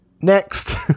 next